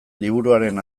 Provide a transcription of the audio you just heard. liburuaren